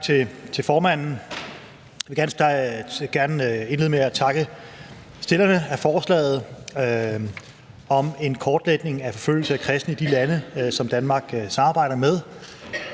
Tak til formanden. Jeg vil gerne indlede med at takke stillerne af forslaget om en kortlægning af forfølgelse af kristne i de lande, som Danmark samarbejder med.